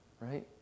Right